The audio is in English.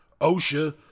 OSHA